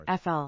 FL